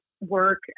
work